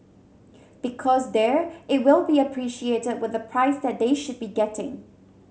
because there it will be appreciated with the price that they should be getting